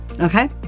Okay